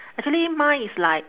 actually mine is like